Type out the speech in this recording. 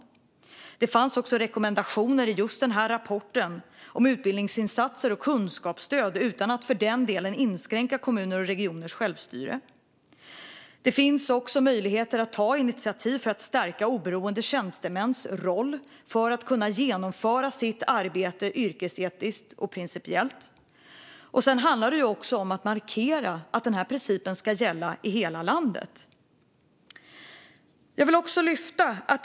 I rapporten fanns också rekommendationer om att göra utbildningsinsatser och ge kunskapsstöd utan att inskränka kommuners och regioners självstyre. Det finns också möjlighet att ta initiativ för att stärka oberoende tjänstemäns roll så att de kan genomföra sitt arbete yrkesetiskt och principiellt. Det handlar också om att markera att denna princip ska gälla i hela landet.